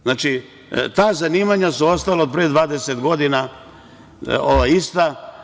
Znači, ta zanimanja su ostala od pre 20 godina ista.